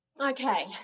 Okay